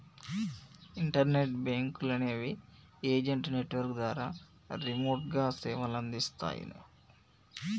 internet బ్యేంకులనేవి agent network ద్వారా రిమోట్గా సేవలనందిస్తన్నయ్